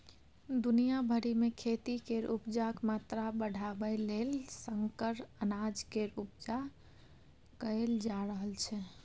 दुनिया भरि मे खेती केर उपजाक मात्रा बढ़ाबय लेल संकर अनाज केर उपजा कएल जा रहल छै